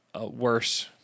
worse